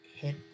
hit